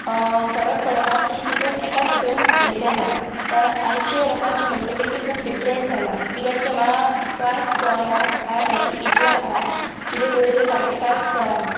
फरक पडना की एकाच हितून हे केल्यार पण आयचे लोकांची मेंटेलिटी खूब डिफरंट जाला कित्याक ते म्हाका कांयच कळना म्हाका आता सारकें इटलां आता हांव कितें करुं तें सारकें कांयच कळना